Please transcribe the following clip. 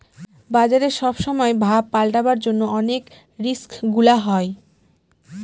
বাজারে সব সময় ভাব পাল্টাবার জন্য অনেক রিস্ক গুলা হয়